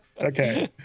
okay